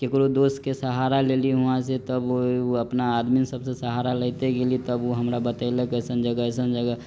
केकरो दोस्तके सहारा लेलियै हुवाँसँ तब उ अपना आदमी सबसँ सहारा लैतै गेलियै तब उ हमरा बतेलक अइसन जगह अइसन जगह